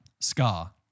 Scar